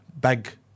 big